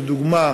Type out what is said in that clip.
לדוגמה,